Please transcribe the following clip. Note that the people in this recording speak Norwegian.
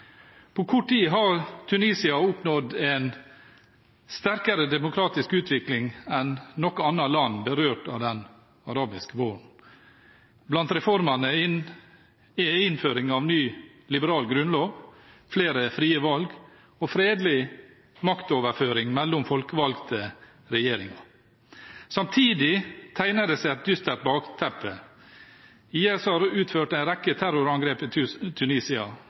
Tunisia oppnådd en sterkere demokratisk utvikling enn noe annet land berørt av den arabiske våren. Blant reformene er innføring av en ny liberal grunnlov, flere frie valg og fredelig maktoverføring mellom folkevalgte regjeringer. Samtidig tegner det seg et dystert bakteppe: IS har utført en rekke terrorangrep i Tunisia, økonomien står i stampe, og arbeidsledigheten, spesielt blant unge, øker kraftig. Tunisia